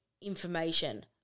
information